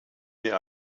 mehr